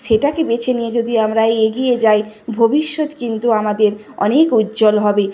সেটাকে বেছে নিয়ে যদি আমরা এই এগিয়ে যাই ভবিষ্যৎ কিন্তু আমাদের অনেক উজ্জ্বল হবে